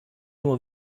nur